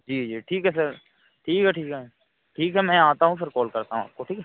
जी जी ठीक है सर ठीक है ठीक है ठीक है मैं आता हूँ फ़िर कॉल करता हूँ आपको ठीक है